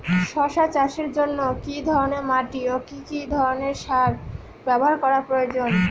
শশা চাষের জন্য কি ধরণের মাটি ও কি ধরণের সার ব্যাবহার করা প্রয়োজন?